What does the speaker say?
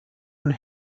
und